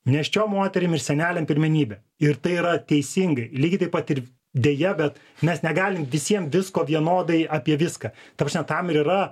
nėščiom moterim ir seneliam pirmenybė ir tai yra teisingai lygiai taip pat ir deja bet mes negalim visiem visko vienodai apie viską ta prasme tam ir yra